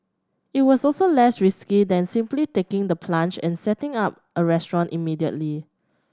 it was also less risky than simply taking the plunge and setting up a restaurant immediately